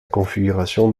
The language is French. configuration